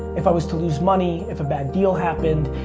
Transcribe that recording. if i was to lose money, if a bad deal happened,